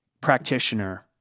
practitioner